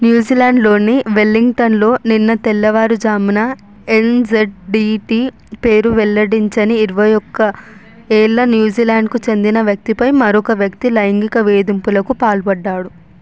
న్యూజిలాండ్లోని వెల్లింగ్టన్లో నిన్న తెల్లవారుజామున ఎన్జెడ్డిటి పేరు వెల్లడించని ఇరవై ఒక్క ఏళ్ల న్యూజిలాండ్కు చెందిన వ్యక్తిపై మరొక వ్యక్తి లైంగిక వేధింపులకు పాల్పడ్డాడు